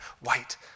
white